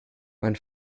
mein